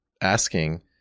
asking